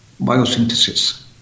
biosynthesis